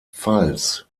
pfalz